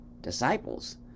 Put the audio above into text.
disciples